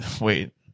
wait